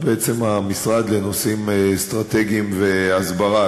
בעצם המשרד לנושאים אסטרטגיים והסברה,